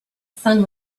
sun